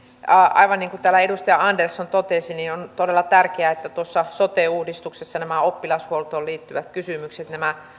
aivan niin kuin täällä edustaja andersson totesi on todella tärkeää että sote uudistuksessa oppilashuoltoon liittyvät kysymykset